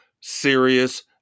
serious